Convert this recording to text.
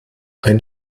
ein